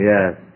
Yes